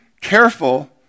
careful